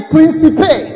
Principe